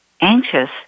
anxious